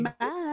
Bye